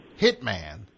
hitman